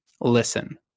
listen